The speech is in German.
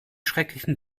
schrecklichen